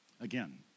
Again